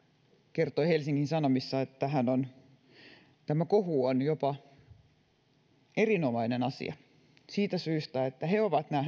kertoi helsingin sanomissa että tämä kohu on jopa erinomainen asia siitä syystä että he ovat nähneet